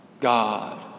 God